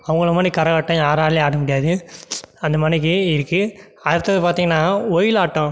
அவங்கள மாரி கரகாட்டம் யாராலேயும் ஆட முடியாது அந்தமாரிக்கி இருக்கும் அடுத்தது பார்த்தீங்கன்னா ஒயிலாட்டம்